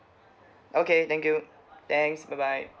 okay thank you thanks bye bye